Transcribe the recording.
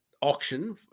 auction